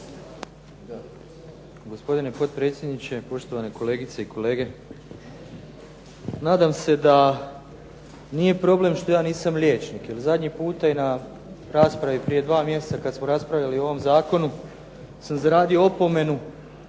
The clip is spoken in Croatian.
Gospodine potpredsjedniče, poštovane kolegice i kolege. Nadam se da nije problem što ja nisam liječnik, jer zadnji puta na raspravi prije dva mjeseca kada smo raspravljali o ovom Zakonu sam zaradio opomenu